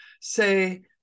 say